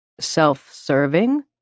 Self-serving